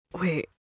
wait